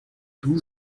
tout